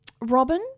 Robin